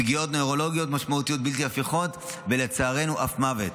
פגיעות נירולוגיות משמעותיות בלתי הפיכות ולצערנו אף למוות.